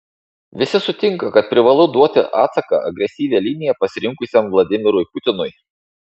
visi sutinka kad privalu duoti atsaką agresyvią liniją pasirinkusiam vladimirui putinui